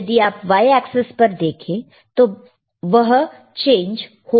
यदि आप y axis पर देखें तो बहुत चेंज हो रहा है